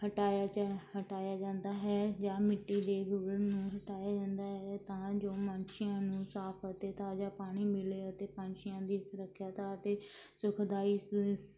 ਹਟਾਇਆ ਜਾ ਹਟਾਇਆ ਜਾਂਦਾ ਹੈ ਜਾਂ ਮਿੱਟੀ ਦੇ ਗੂਗਲ ਨੂੰ ਹਟਾਇਆ ਜਾਂਦਾ ਹੈ ਤਾਂ ਜੋ ਪੰਛੀਆਂ ਨੂੰ ਸਾਫ ਅਤੇ ਤਾਜ਼ਾ ਪਾਣੀ ਮਿਲੇ ਅਤੇ ਪੰਛੀਆਂ ਦੀ ਸੁਰੱਖਿਆ ਦਾ ਅਤੇ ਸੁਖਦਾਈ